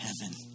heaven